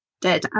dead